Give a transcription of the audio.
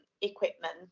equipment